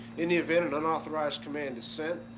in the event an unauthorized command is sent,